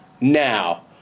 now